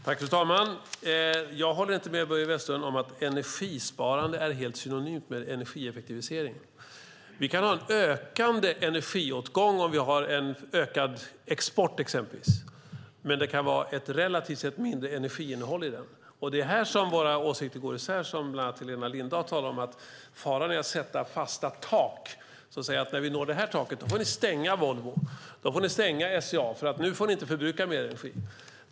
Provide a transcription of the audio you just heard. Fru talman! Jag håller inte med Börje Vestlund om att energisparande är helt synonymt med energieffektivisering. Vi kan ha en ökande energiåtgång om vi har en ökad export, exempelvis, men det kan vara ett relativt sett mindre energiinnehåll i den. Det är här våra åsikter går isär, vilket bland annat Helena Lindahl talade om. Faran är nämligen att sätta fasta tak och säga: När vi når detta tak får ni stänga Volvo. Då får ni stänga SCA, för då får ni inte förbruka mer energi.